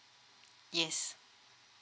yes